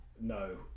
No